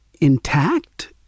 intact